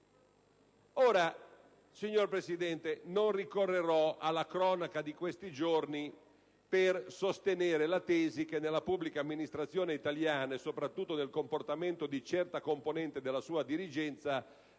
amministrazione. Non ricorrerò alla cronaca di questi giorni per sostenere la tesi che nella pubblica amministrazione italiana e soprattutto nel comportamento di certa componente della sua dirigenza